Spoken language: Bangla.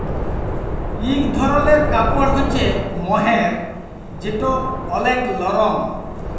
ইক ধরলের কাপড় হ্য়চে মহের যেটা ওলেক লরম